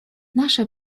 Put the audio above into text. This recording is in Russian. наша